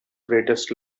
greatest